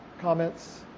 comments